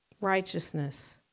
Righteousness